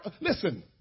listen